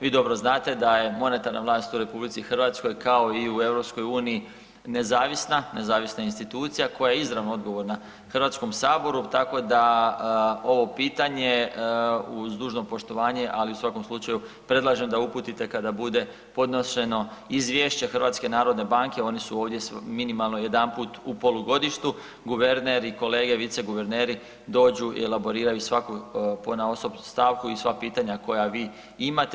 Vi dobro znate da je monetarna vlast u RH kao i u EU nezavisna, nezavisna institucija koja je izravno odgovorna Hrvatskom saboru tako da ovo pitanje uz dužno poštovanje, ali u svakom slučaju predlažem da uputite kada bude podnošeno izvješće HNB-a oni su ovdje minimalno jedanput u polugodištu, guverner i kolege viceguverneri dođu i elaboriraju svaku ponaosob stavku i sva pitanja koja vi imate.